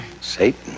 Satan